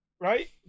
right